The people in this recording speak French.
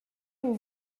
aux